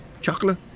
Chocolate